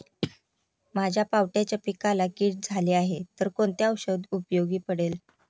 माझ्या पावट्याच्या पिकाला कीड झाली आहे तर कोणते औषध उपयोगी पडेल?